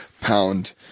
pound